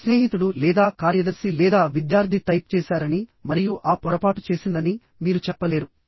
మీ స్నేహితుడు లేదా కార్యదర్శి లేదా విద్యార్థి టైప్ చేశారని మరియు ఆ పొరపాటు చేసిందని మీరు చెప్పలేరు